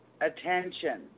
attention